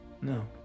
No